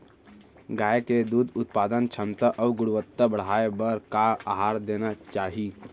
गाय के दूध के उत्पादन क्षमता अऊ गुणवत्ता बढ़ाये बर का आहार देना चाही?